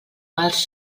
mals